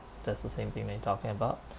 that's the same thing that you're talking about